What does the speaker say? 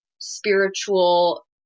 spiritual